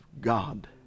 god